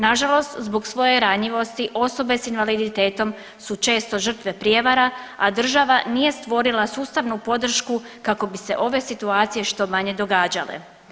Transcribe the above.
Nažalost zbog svoje ranjivosti osobe s invaliditetom su često žrtve prijevara, a država nije stvorila sustavnu podršku kako bi se ove situacije što manje događale.